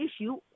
issue